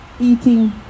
eating